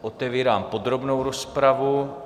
Otevírám podrobnou rozpravu.